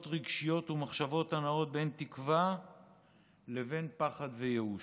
רגשיות ומחשבות הנעות בין תקווה לבין פחד וייאוש.